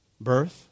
Birth